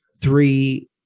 Three